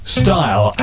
style